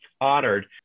honored